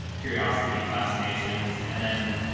curiosity and fascinations, and then,